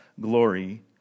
glory